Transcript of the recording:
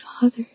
Father